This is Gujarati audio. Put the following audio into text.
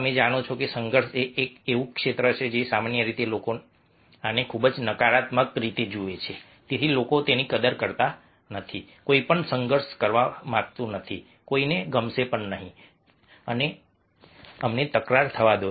તમે જાણો છો કે સંઘર્ષ એ એક ક્ષેત્ર છે જે સામાન્ય રીતે લોકો આને ખૂબ જ નકારાત્મક જુએ છે તેથી લોકો કદર કરતા નથી કોઈ પણ સંઘર્ષ કરવા માંગતું નથી કોઈને ગમશે નહીં કે અમને તકરાર થવા દો